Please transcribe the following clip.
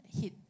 hit